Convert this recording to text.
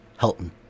Helton